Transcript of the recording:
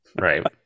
Right